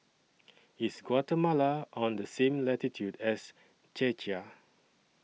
IS Guatemala on The same latitude as Czechia